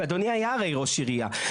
ואדוני היה הרי ראש עירייה.